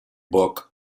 book